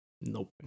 Nope